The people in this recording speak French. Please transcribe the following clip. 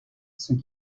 ceux